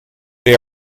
they